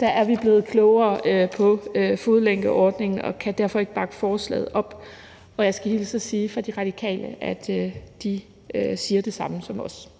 er vi blevet klogere på fodlænkeordningen, og vi kan derfor ikke bakke forslaget op. Jeg skal hilse fra De Radikale og sige, at de siger det samme som os.